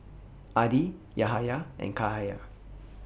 Adi Yahaya and Cahaya